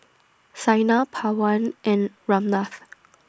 Saina Pawan and Ramnath